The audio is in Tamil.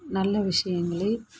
நல்ல விஷயங்களை